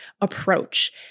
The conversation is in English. approach